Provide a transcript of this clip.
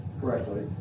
correctly